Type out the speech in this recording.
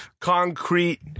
Concrete